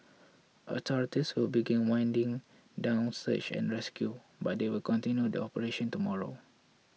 authorities will begin winding down search and rescue but they will continue the operation tomorrow